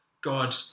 God